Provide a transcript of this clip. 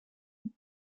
and